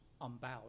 unbowed